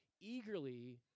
eagerly